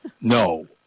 No